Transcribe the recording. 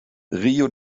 rio